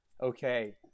okay